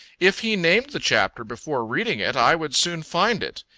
if he named the chapter before reading it, i would soon find it.